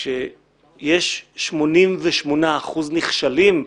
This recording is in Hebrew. כשיש 88% נכשלים,